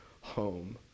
home